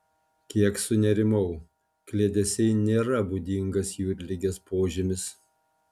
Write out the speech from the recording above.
kiek sunerimau kliedesiai nėra būdingas jūrligės požymis